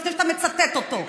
לפני שאתה מצטט אותו.